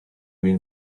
will